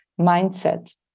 mindset